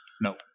No